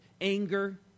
Anger